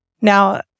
Now